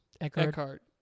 Eckhart